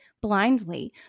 blindly